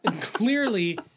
Clearly